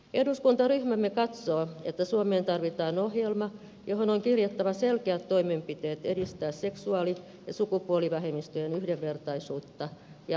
eduskuntaryhmämme katsoo että suomeen tarvitaan ohjelma johon on kirjattava selkeät toimenpiteet joilla edistetään seksuaali ja sukupuolivähemmistöjen yhdenvertaisuutta ja oikeuksia